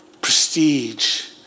prestige